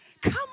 Come